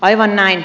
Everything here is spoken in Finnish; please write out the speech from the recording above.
aivan näin